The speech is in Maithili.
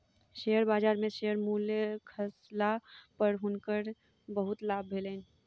शेयर बजार में शेयर मूल्य खसला पर हुनकर बहुत लाभ भेलैन